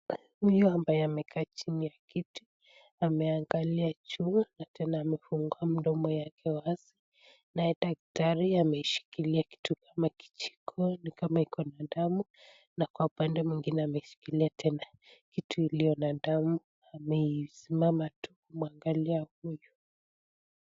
Huyu ambaye amekaa chini ya kiti ameangalia juu na tena amefungua mdomo yake wazi naye daktari ameshikilia kitu kama kijiko ni kama iko na damu na kwa pande mwingine ameshikilia tena kitu iliyo na damu. Amesimama tu akimwangalia hapo juu.